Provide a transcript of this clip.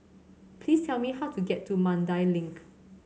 please tell me how to get to Mandai Link